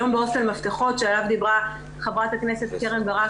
היום בהוסטל 'מפתחות' שעליו דיברה ח"כ קרן ברק,